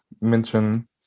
mention